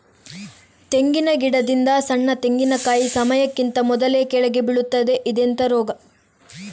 ತೆಂಗಿನ ಗಿಡದಿಂದ ಸಣ್ಣ ತೆಂಗಿನಕಾಯಿ ಸಮಯಕ್ಕಿಂತ ಮೊದಲೇ ಕೆಳಗೆ ಬೀಳುತ್ತದೆ ಇದೆಂತ ರೋಗ?